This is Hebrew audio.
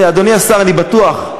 אדוני השר, אני בטוח,